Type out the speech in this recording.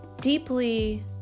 deeply